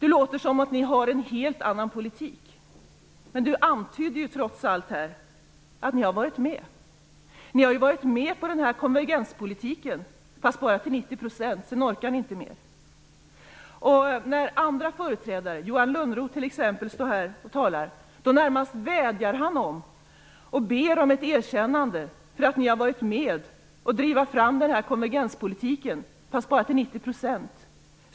Han låter som om Vänsterpartiet skulle ha en helt annan politik. Men han antyder trots allt att Vänsterpartiet har varit med. Ni i Vänsterpartiet har varit med på konvergenspolitiken - fast bara till 90 %, sedan orkade ni inte mer. När andra företrädare, t.ex. Johan Lönnroth, står här och talar närmast vädjar och ber man om ett erkännande för att Vänsterpartiet har varit med om att driva fram konvergenspolitiken - fast bara till 90 %.